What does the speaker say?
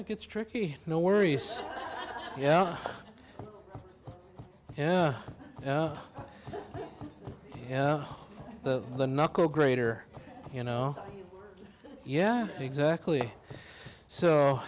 it gets tricky no worries yeah yeah yeah yeah the knuckle grader you know yeah exactly so